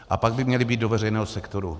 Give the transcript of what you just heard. A pak měly být do veřejného sektoru.